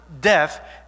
death